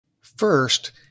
First